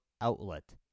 outlet